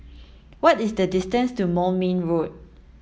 what is the distance to Moulmein Road